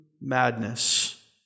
madness